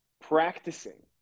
practicing